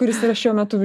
kuris yra šiuo metu